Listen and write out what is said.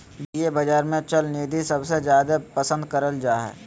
वित्तीय बाजार मे चल निधि सबसे जादे पसन्द करल जा हय